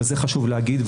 וזה חשוב לי להגיד,